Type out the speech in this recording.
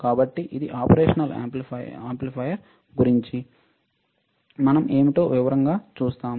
కాబట్టి ఇది operation amplifier గురించి మనం ఏమిటో వివరంగా చూస్తాము